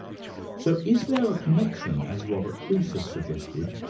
so is there a connection, as robert crease has suggested,